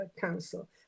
council